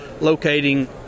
locating